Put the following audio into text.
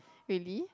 really